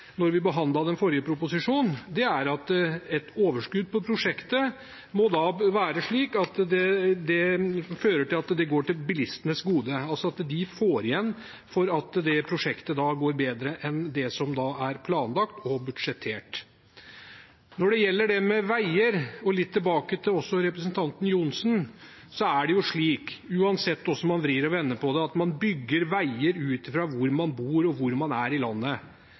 Når det gjelder veier – litt tilbake til representanten Johnsen – er det slik, uansett hvordan man vrir og vender på det, at man bygger veier ut fra hvor man bor, og hvor man er i landet.